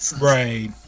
Right